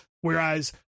whereas